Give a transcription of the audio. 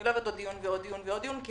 אני לא אוהבת עוד דיון ועוד דיון ועוד דיון, כי